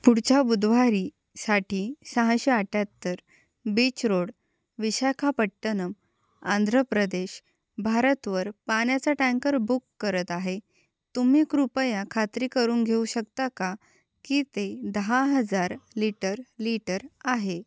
पुढच्या बुधवारी साठी सहाशे अठ्ठ्याहत्तर बीच रोड विशाखापट्टणम आंध्र प्रदेश भारतवर पाण्याचा टँकर बुक करत आहे तुम्ही कृपया खात्री करून घेऊ शकता का की ते दहा हजार लिटर लीटर आहे